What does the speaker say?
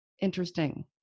interesting